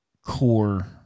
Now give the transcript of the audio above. core